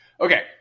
Okay